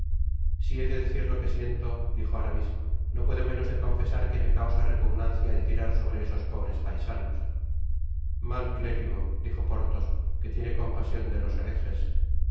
si he de decir lo que siento dijo aramis no puedo menos de confesar que me causa repugnancia el tirar sobre esos pobres paisanos mal clérigo dijo porthos que tiene compasion de los hereges en